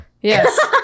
yes